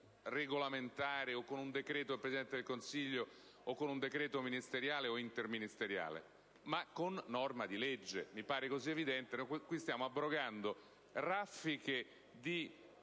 rango regolamentare, con un decreto del Presidente del Consiglio, o con un decreto ministeriale o interministeriale, ma con norma di legge. Mi pare così evidente! Stiamo abrogando raffiche di